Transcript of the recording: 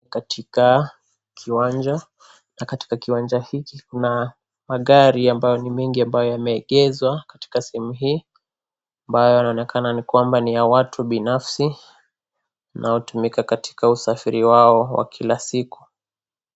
Katika kiwanja, na katika kiwanja hiki kuna magari ambayo ni mengi ambayo yameegeshwa katika sehemu hii ambayo yanaonekana kwamba ni ya watu binafsi na hutumika katika usafiri wao wa kila siku.